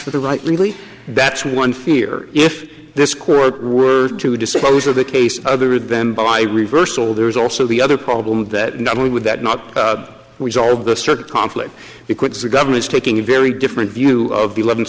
for the rightly that's one fear if this court were to dispose of the case other rid them by reversal there's also the other problem that not only would that not resolve the circuit conflict equips the government's taking a very different view of the eleventh